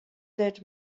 dead